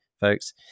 folks